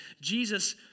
Jesus